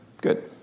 Good